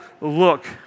look